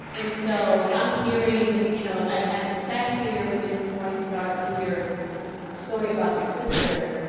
and so i'm hearing, you know i sat here with morning star, with your story about your sister.